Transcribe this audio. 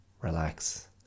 Relax